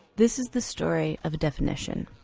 this is the story of a definition.